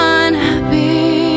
unhappy